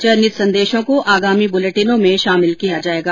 चयनित संदेशों को आगामी बुलेटिनों में शामिल किया जाएगा